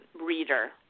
reader